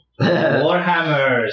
Warhammers